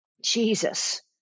Jesus